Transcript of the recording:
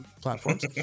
platforms